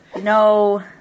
No